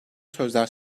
sözler